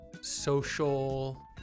social